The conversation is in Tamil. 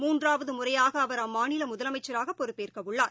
மூன்றாவதுமுறையாகஅவர் அம்மாநிலமுதலமைச்சராகபொறுப்பேற்கஉள்ளார்